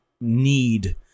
need